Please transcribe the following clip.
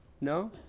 No